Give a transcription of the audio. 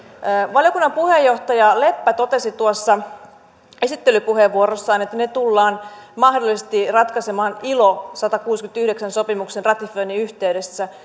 valiokunnan puheenjohtaja leppä totesi esittelypuheenvuorossaan että ne tullaan mahdollisesti ratkaisemaan ilo satakuusikymmentäyhdeksän sopimuksen ratifioinnin yhteydessä